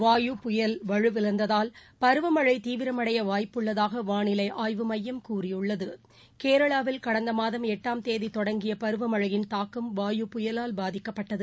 வாயு புயல் வலுவிழந்ததால் பருவ மழை தீவிரமடைய வாய்ப்புள்ளதாக வானிலை ஆய்வு மையம் கூறியுள்ளது கேரளாவில் கடந்த மாதம் எட்டாம் தேதி தொடங்கிய பருவ மழையின் தாக்கம் வாயு புயலால் பாதிக்கப்பட்டது